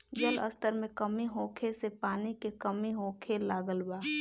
जल स्तर में कमी होखे से पानी के कमी होखे लागल बा